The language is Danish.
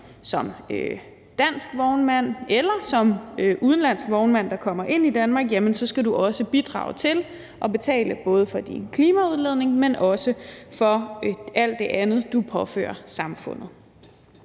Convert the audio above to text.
som dansk vognmand eller som udenlandsk vognmand, der kommer ind i Danmark, så skal du også bidrage til at betale både for din klimaudledning, men også for alt det andet, du påfører samfundet.